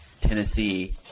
Tennessee